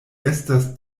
estas